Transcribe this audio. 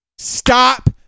Stop